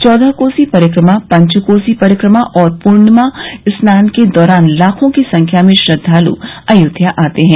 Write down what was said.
चौदह कोसी परिक्रमा पंचकोसी परिक्रमा और पूर्णिमा स्नान के दौरान लाखों की संख्या में श्रद्वाल अयोध्या आते हैं